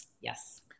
Yes